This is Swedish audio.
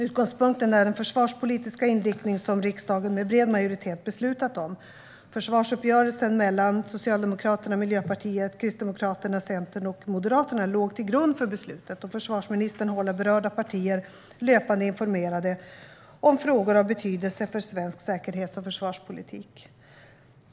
Utgångspunkten är den försvarspolitiska inriktning som riksdagen med bred majoritet beslutat om. Försvarsuppgörelsen mellan Socialdemokraterna, Miljöpartiet, Kristdemokraterna, Centerpartiet och Moderaterna låg till grund för beslutet, och försvarsministern håller berörda partier löpande informerade om frågor av betydelse för svensk säkerhets och försvarspolitik.